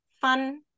fun